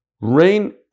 Rain